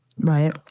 right